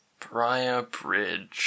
Briarbridge